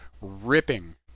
ripping